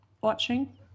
watching